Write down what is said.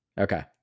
Okay